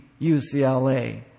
UCLA